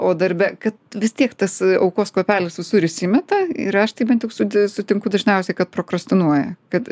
o darbe kad vis tiek tas aukos kvapelis visur įsimeta ir aš tai bent jau su sutinku dažniausiai kad prokrastinuoja kad